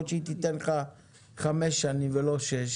יכול להיות שהיא תיתן לך 5 שנים ולא 6,